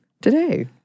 today